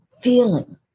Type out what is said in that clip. feeling